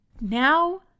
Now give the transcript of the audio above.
Now